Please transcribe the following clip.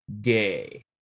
gay